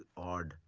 odd.